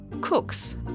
Cooks